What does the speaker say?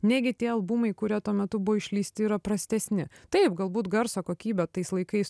negi tie albumai kurie tuo metu buvo išleisti yra prastesni taip galbūt garso kokybė tais laikais